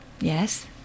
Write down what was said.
Yes